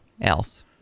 else